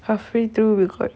halfway through we got